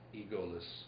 egoless